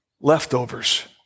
leftovers